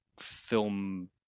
film